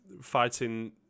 fighting